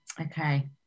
Okay